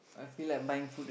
I feel like buying food